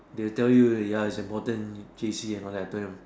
they will tell you ya it's important J_C and all that I tell you